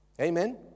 Amen